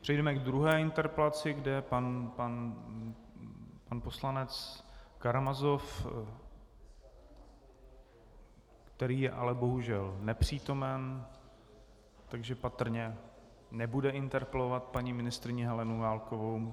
Přejdeme k druhé interpelaci, kde pan poslanec Karamazov který je ale bohužel nepřítomen, takže patrně nebude interpelovat paní ministryni Helenu Válkovou.